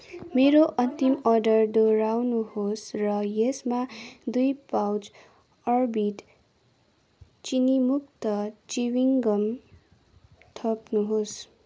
मेरो अन्तिम अर्डर दोहोऱ्याउनुहोस् र यसमा दुई पाउच अर्बिट चिनीमुक्त चिविङ गम थप्नुहोस्